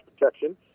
protection